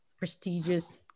prestigious